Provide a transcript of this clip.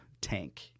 tank